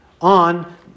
on